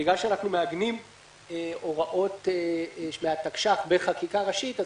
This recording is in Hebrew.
בגלל שאנחנו מעגנים הוראות מהתקש"ח בחקיקה ראשית אז